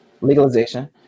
legalization